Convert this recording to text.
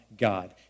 God